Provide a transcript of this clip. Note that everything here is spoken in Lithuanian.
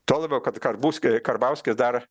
tuo labiau kad karbuski karbauskis dar